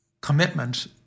commitment